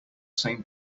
same